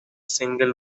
single